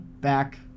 back